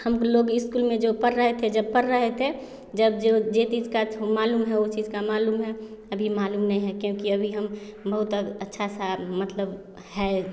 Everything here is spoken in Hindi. हम लोग इस्कूल में जो पर रहे थे जब पर रहे थे जब जो जो चीज़ का मालूम है वह चीज़ का मालूम है अभी मालूम नहीं है क्योंकि अभी हम बहुत अ अच्छा सा मतलब है